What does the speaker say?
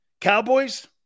Cowboys